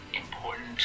important